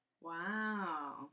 Wow